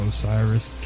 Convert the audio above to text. Osiris